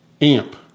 amp